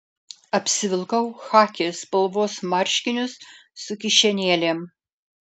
apsivilkau chaki spalvos marškinius su kišenėlėm